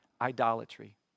idolatry